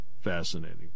fascinating